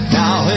now